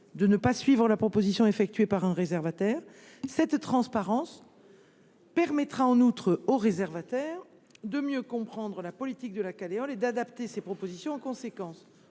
de ne pas suivre sa proposition. Cette transparence permettra en outre au réservataire de mieux comprendre la politique de la Caleol et d’adapter ses propositions en conséquence.